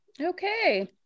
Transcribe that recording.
Okay